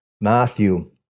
Matthew